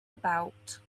about